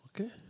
Okay